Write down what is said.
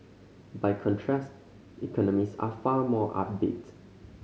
by contrast economists are far more upbeat